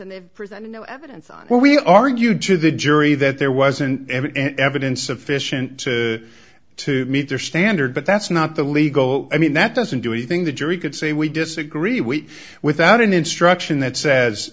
they presented no evidence on where we argued to the jury that there wasn't any evidence sufficient to to meet their standard but that's not the legal i mean that doesn't do anything the jury could say we disagree we without an instruction that says